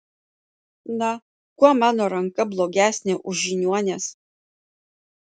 na kuo mano ranka blogesnė už žiniuonės